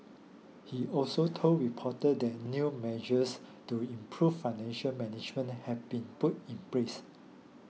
he also told reporter that new measures to improve financial management have been put in place